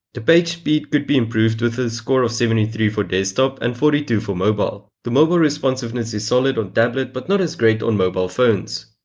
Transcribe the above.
the page speed could be improved with a score seventy three for desktop and forty two for mobile. the mobile responsiveness is solid on tablet but not as great on mobile phones.